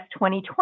2020